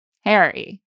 Harry